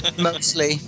Mostly